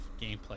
gameplay